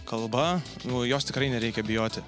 kalba nu jos tikrai nereikia bijoti